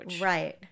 Right